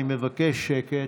אני מבקש שקט.